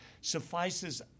suffices